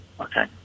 Okay